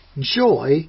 Joy